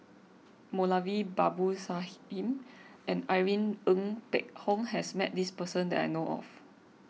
Moulavi Babu Sahib and Irene Ng Phek Hoong has met this person that I know of